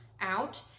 out